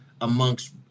amongst